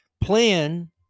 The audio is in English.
plan